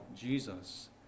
Jesus